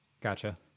Gotcha